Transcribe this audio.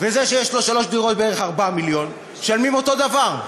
וזה שיש לו שלוש דירות בערך 4 מיליון משלמים אותו דבר.